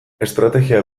estrategia